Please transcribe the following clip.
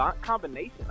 combination